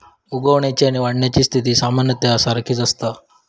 उगवण्याची आणि वाढण्याची स्थिती सामान्यतः सारखीच असता